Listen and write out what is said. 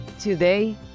Today